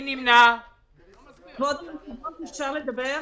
לא ועדת הכספים שהכרתם, שאפשר לדבר בהגיון.